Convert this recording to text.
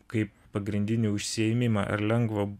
kaip pagrindinį užsiėmimą ar lengva